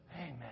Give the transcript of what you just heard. Amen